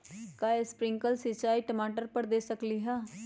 का हम स्प्रिंकल सिंचाई टमाटर पर दे सकली ह?